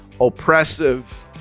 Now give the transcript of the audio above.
oppressive